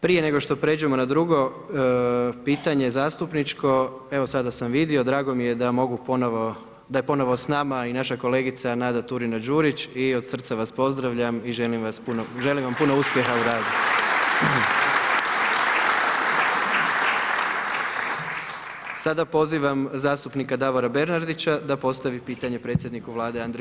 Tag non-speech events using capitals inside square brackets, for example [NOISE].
Prije nego što pređemo na drugo pitanje zastupničko, evo sada sam vidio, drago mi je da mogu ponovo, da je ponovno s nama i naša kolegica Nada Turina-Đurić i od srca vas pozdravljam i želim vam puno uspjeha u radu. [APPLAUSE] Sada pozivam zastupnika Davora Bernardića da postavi pitanje predsjedniku Vlade Andreju Plenkoviću.